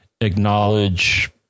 acknowledge